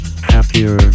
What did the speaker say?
happier